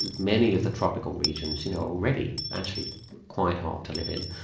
many of the tropical regions you know already actually quite hot to live in,